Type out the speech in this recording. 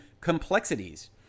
complexities